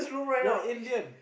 you're Indian